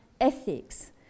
ethics